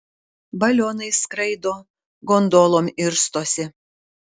balionais skraido gondolom irstosi